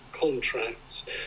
Contracts